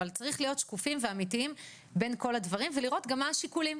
אבל צריך להיות שקופים ואמיתיים בין כל הדברים ולראות גם מה השיקולים.